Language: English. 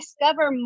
discover